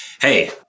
hey